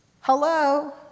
hello